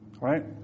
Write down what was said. right